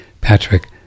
Patrick